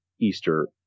Easter